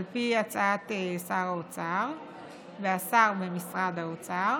על פי הצעת שר האוצר והשר במשרד האוצר,